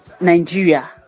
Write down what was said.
Nigeria